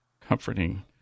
comforting